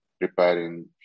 preparing